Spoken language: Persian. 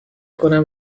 کنم